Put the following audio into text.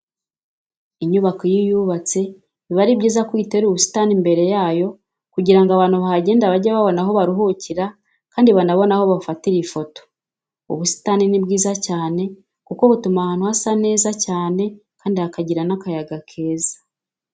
Inyubako iyo uyubatse biba ari byiza ko uyitera ubusitani imbere yayo kugira ngo abantu bahagenda bajye babona aho baruhukira kandi banabone aho bafatira ifoto. Ubusitani ni bwiza cyane kuko butuma ahantu hasa neza cyane kandi hakagira n'akayaga keza.